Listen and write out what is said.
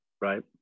Right